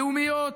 לאומיות,